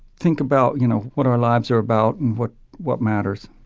think about you know what our lives are about and what what matters